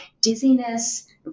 dizziness